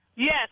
Yes